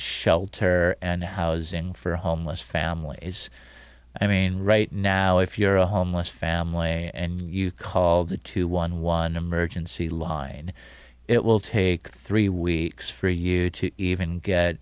shelter and housing for homeless families i mean right now if you're a homeless family and you call the two one one emergency line it will take three weeks for you to even get